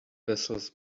vessels